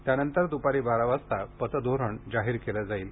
त्यानंतर दुपारी बारा वाजता पतधोरण जाहीर केलं जाईल